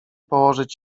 położyć